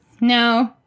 No